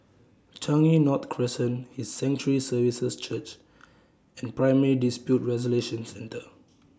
Changi North Crescent His Sanctuary Services Church and Primary Dispute Resolution Centre